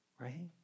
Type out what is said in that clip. right